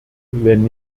wenn